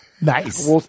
Nice